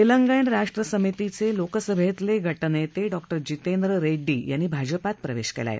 तेलगणा राष्ट्र समितीचे लोकसभेतले गटनेते डॉ जितेंद्र रेड्डी यांनी भाजपात प्रवेश केला आहे